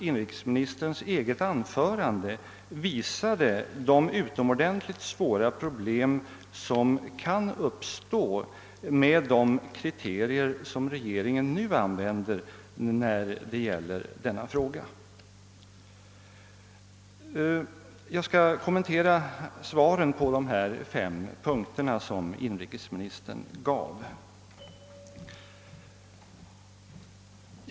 Inrikesministerns eget anförande visade vilka utomordentligt stora problem som kan uppstå med de kriterier som regeringen uppställer i denna fråga. Jag skall kommentera de svar på dessa fem punkter som inrikesministern gav.